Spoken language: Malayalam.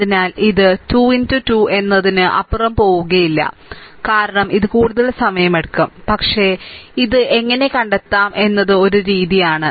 അതിനാൽ ഇത് 2 2 എന്നതിനപ്പുറം പോകില്ല കാരണം ഇത് കൂടുതൽ സമയം എടുക്കും പക്ഷേ ഇത് എങ്ങനെ കണ്ടെത്താം എന്ന ഒരു രീതിയാണ്